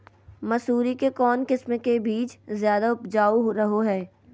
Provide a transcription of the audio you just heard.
मसूरी के कौन किस्म के बीच ज्यादा उपजाऊ रहो हय?